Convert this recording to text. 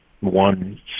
one